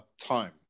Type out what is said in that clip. time